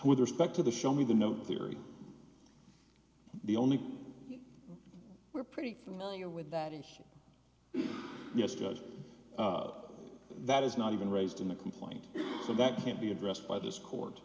with respect to the show me the no theory the only we're pretty familiar with that is yes judge that is not even raised in the complaint so that can't be addressed by this court